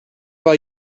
war